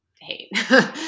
hate